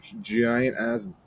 giant-ass